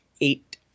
eight